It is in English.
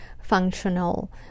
functional